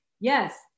yes